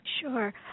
Sure